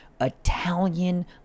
italian